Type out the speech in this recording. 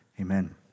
Amen